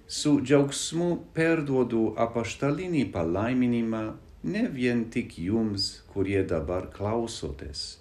su džiaugsmu perduodu apaštalinį palaiminimą ne vien tik jums kurie dabar klausotės